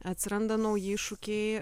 atsiranda nauji iššūkiai